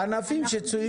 בענפים שצוינו.